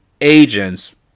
agents